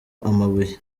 amabuye